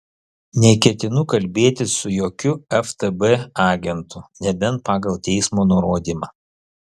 neketinu kalbėtis su jokiu ftb agentu nebent pagal teismo nurodymą